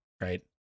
right